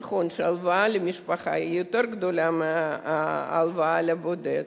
נכון שההלוואה למשפחה היא יותר גדולה מההלוואה לבודד,